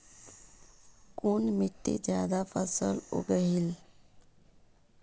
कुन मिट्टी ज्यादा फसल उगहिल?